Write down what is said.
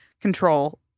control